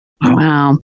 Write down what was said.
Wow